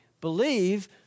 believe